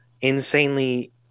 insanely